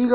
ಈಗ